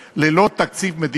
אותנו להעביר מדי שנה תקציב,